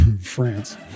France